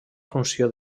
funció